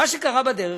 מה שקרה בדרך,